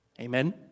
Amen